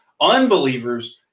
unbelievers